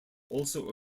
also